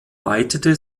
weitete